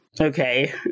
okay